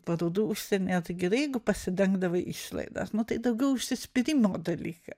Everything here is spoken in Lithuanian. parodų užsienyje tai gerai jeigu pasidengdavai išlaidas nu tai daugiau užsispyrimo dalyką